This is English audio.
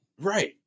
Right